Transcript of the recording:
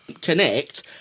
connect